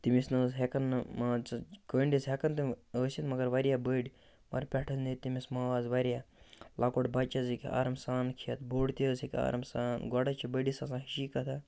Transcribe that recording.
تٔمِس نہٕ حظ ہٮ۪کَن نہٕ مان ژٕ کٔنٛڈۍ حظ ہٮ۪کَن تِم ٲسِتھ مگر واریاہ بٔڑۍ مگر پٮ۪ٹھٕ حظ نیرِ تٔمِس ماز واریاہ لۄکُٹ بَچہٕ حظ ہیٚکہِ آرام سان کھٮ۪تھ بوٚڈ تہِ حظ ہیٚکہِ آرام سان گۄڈٕ حظ چھِ بٔڈِس آسان ہِشی کَتھاہ